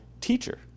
teacher